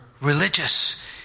religious